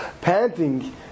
panting